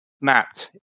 mapped